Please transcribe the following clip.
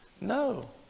No